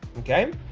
okay